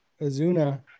Azuna –